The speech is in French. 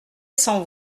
sans